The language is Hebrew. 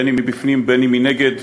אם מבפנים ואם מנגד,